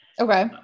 Okay